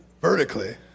vertically